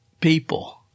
people